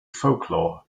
folklore